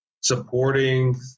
supporting